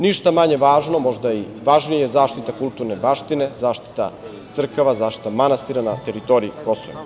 Ništa manje važno, možda i važnije, zaštita kulturne baštine, zaštita crkava, zaštita manastira na teritoriji Kosova